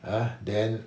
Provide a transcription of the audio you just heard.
uh then